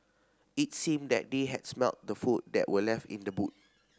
it seemed that they had smelt the food that were left in the boot